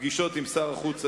פגישות עם שר החוץ הסיני,